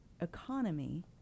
economy